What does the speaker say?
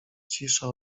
cisza